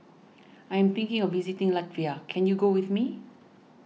I am thinking of visiting Latvia can you go with me